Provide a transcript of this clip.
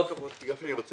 אני מבקש